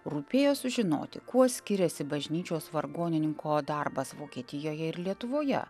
rūpėjo sužinoti kuo skiriasi bažnyčios vargonininko darbas vokietijoje ir lietuvoje